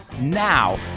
Now